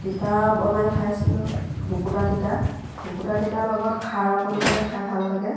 তিতা বনাই খাইছিলোঁ শুকুতা তিতা শুকুতা তিতাৰ লগত খাৰ অকণ দিলে খাই ভাল লাগে